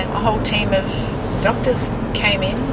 whole team of doctors came in,